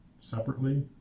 separately